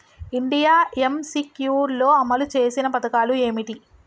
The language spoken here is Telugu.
ఇండియా ఎమ్.సి.క్యూ లో అమలు చేసిన పథకాలు ఏమిటి?